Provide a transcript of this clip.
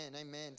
Amen